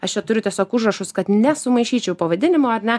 aš čia turiu tiesiog užrašus kad nesumaišyčiau pavadinimo ar ne